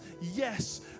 Yes